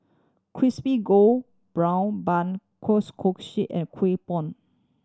crispy gold brown bun kueh kosui and Kueh Bom